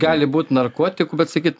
gali būt narkotikų bet sakyt